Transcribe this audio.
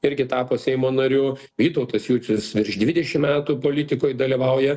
irgi tapo seimo nariu vytautas jucius virš dvidešim metų politikoj dalyvauja